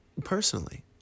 personally